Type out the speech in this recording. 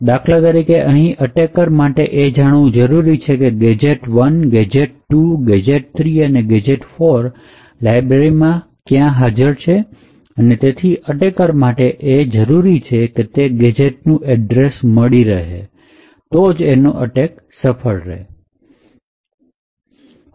દાખલા તરીકે અહીં અટેકર માટે એ જાણવું જરૂરી છે કે ગેજેટ ૧ ગેજેટ ૨ ગેજેટ ૩ અને ગેજેટ ૪ લાઇબ્રેરીમાં કઈ જગ્યાએ છે તેથી આ અટેકર માટે એ જરૂરી છે કે તેને ગેજેટ નું એડ્રેસ મળે તો એનો અટેક સફળ રહે